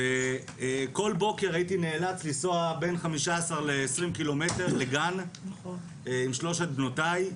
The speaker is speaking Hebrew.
וכל בוקר הייתי נאלץ לנסוע בין 15 ל-20 ק"מ לגן עם שלוש בנותיי,